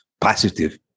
positive